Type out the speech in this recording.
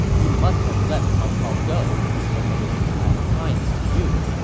you must have let cao cao go because of his past kindness to you.